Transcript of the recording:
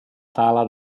sala